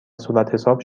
صورتحساب